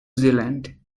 zealand